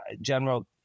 General